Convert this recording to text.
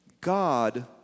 God